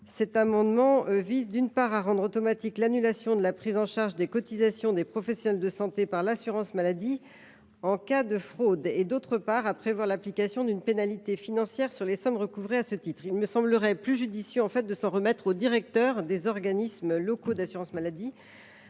? L’amendement n° 1194 vise, d’une part, à rendre automatique l’annulation de la prise en charge des cotisations des professionnels de santé par l’assurance maladie en cas de fraude, et, d’autre part, à prévoir l’application d’une pénalité financière sur les sommes recouvrées à ce titre. Il me semblerait plus judicieux de remettre aux directeurs des organismes locaux d’assurance maladie